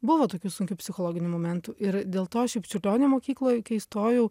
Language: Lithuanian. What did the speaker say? buvo tokių sunkių psichologinių momentų ir dėl to šiaip čiurlionio mokykloj kai įstojau